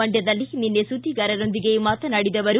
ಮಂಡ್ಕದಲ್ಲಿ ನಿನ್ನೆ ಸುದ್ದಿಗಾರರೊಂದಿಗೆ ಮಾತನಾಡಿದ ಅವರು